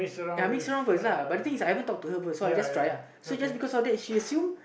ya mix around first lah but the thing is I haven't talk to her first so I just try uh so because after that she assume